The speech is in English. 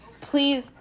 Please